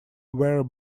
where